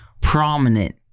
prominent